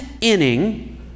inning